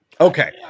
okay